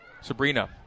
Sabrina